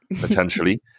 potentially